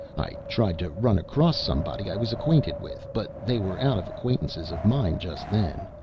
i tried to run across somebody i was acquainted with, but they were out of acquaintances of mine just then.